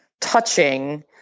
touching